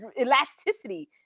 elasticity